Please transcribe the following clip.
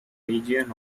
region